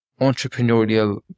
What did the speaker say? entrepreneurial